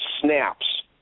snaps